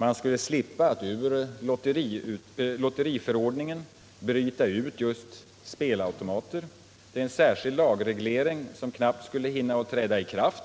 Man skulle slippa att ur lotteriförordningen bryta ut just spelautomater till en särskild lagreglering, som knappt skulle hinna träda i kraft